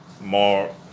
more